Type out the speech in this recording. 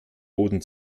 boden